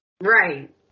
Right